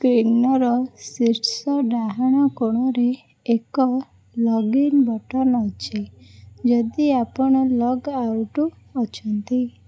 ସ୍କ୍ରିନର ଶୀର୍ଷ ଡାହାଣ କୋଣରେ ଏକ ଲଗଇନ୍ ବଟନ୍ ଅଛି ଯଦି ଆପଣ ଲଗ୍ଆଉଟ୍ ଅଛନ୍ତି